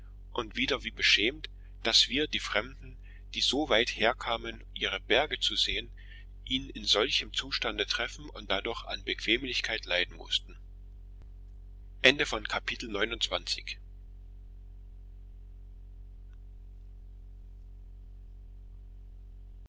und wieder wie beschämt daß wir die fremden die so weit herkamen ihre berge zu sehen ihn in solchem zustande treffen und dadurch an bequemlichkeit leiden mußten